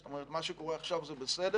זאת אומרת, מה שקורה עכשיו זה בסדר.